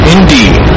Indeed